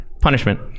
punishment